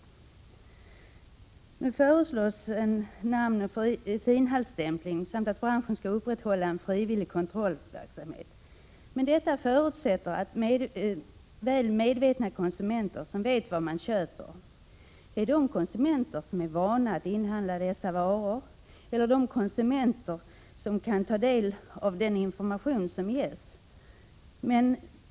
Nu föreslås att en namnoch finhaltsstämpling skall införas samt att branschen skall upprätthålla en frivillig kontrollverksamhet. Detta förutsät ter väl medvetna konsumenter, som vet vad de köper. Det är konsumenter som är vana att inhandla dessa varor eller konsumenter som kan ta del av den information som ges.